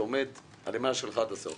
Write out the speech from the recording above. אתה עומד על זה עד הסוף